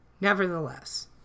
Nevertheless